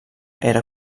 era